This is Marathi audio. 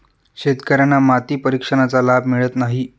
शेतकर्यांना माती परीक्षणाचा लाभ मिळत आहे